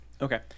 Okay